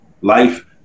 life